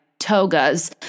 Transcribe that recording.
togas